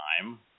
time